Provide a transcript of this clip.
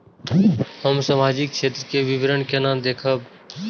हम सामाजिक क्षेत्र के विवरण केना देखब?